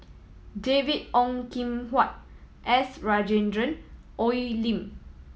David Ong Kim Huat S Rajendran Oi Lin